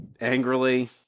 angrily